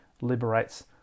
liberates